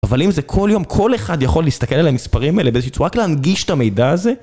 אבל אם זה כל יום, כל אחד יכול להסתכל על המספרים האלה באיזה שהיא צורה רק בשביל להנגיש את המידע הזה?